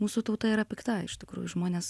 mūsų tauta yra pikta iš tikrųjų žmonės